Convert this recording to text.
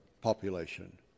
population